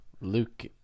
Luke